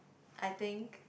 I think